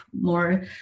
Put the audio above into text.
more